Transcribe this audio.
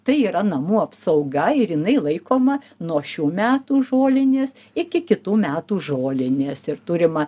tai yra namų apsauga ir jinai laikoma nuo šių metų žolinės iki kitų metų žolinės ir turima